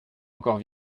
encore